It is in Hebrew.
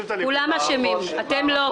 כולם אשמים, אתם לא.